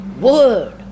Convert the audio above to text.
word